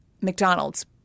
McDonald's